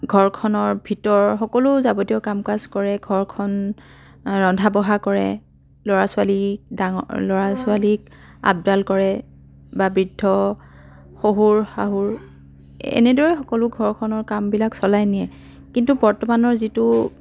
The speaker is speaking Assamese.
ঘৰখনৰ ভিতৰৰ সকলো যাৱতীয় কাম কাজ কৰে ঘৰখন ৰন্ধা বঢ়া কৰে ল'ৰা ছোৱালী ডাঙৰ ল'ৰা ছোৱালীক আপডাল কৰে বা বৃদ্ধ শহুৰ শাহুৰ এনেদৰে সকলো ঘৰখনৰ কামবিলাক চলাই নিয়ে কিন্তু বৰ্তমানৰ যিটো